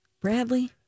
Bradley